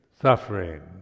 suffering